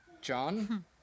John